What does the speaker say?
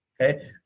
Okay